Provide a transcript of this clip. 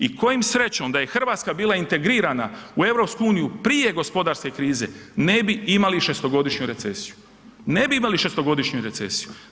I kojom srećom da je Hrvatska bila integrirana u EU prije gospodarske krize ne bi imali šestogodišnju recesiju, ne bi imali šestogodišnju recesiju.